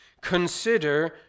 consider